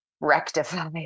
rectify